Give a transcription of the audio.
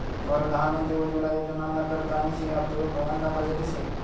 परधान मंत्री उज्वला योजनाना करता ऐंशी अब्ज रुप्याना बजेट शे